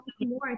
more